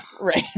Right